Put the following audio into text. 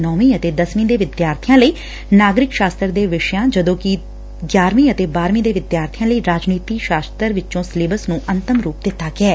ਨੌਵੀ ਅਤੇ ਦਸਵੀ ਦੇ ਵਿਦਿਆਰਬੀਆਂ ਲਈ ਨਾਗਰਿਕ ਸ਼ਾਸਤਰ ਦੇ ਵਿਸਿਆਂ ਵਿੱਚੋ ਜਦਕਿ ਗਿਆਰਵੀ ਅਤੇ ਬਾਹਰਵੀ ਦੇ ਵਿਦਿਆਰਬੀਆਂ ਲਈ ਰਾਜਨੀਤੀ ਸ਼ਾਸਤਰ ਵਿੱਚੋਂ ਸਿਲੇਬਸ ਨੂੰ ਅੰਤਿਮ ਰੁਪ ਦਿੱਤਾ ਗਿਐ